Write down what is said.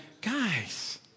Guys